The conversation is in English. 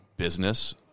business